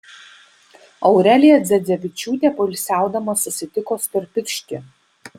aurelija dzedzevičiūtė poilsiaudama susitiko storpirštį